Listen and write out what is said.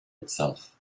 itself